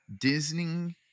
Disney